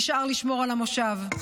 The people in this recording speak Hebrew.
נשאר לשמור על המושב.